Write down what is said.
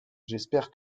j’espère